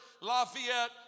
Lafayette